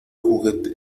juguete